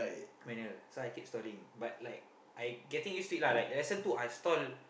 manual so I keep stalling but like I getting used to it lah like lesson two I stall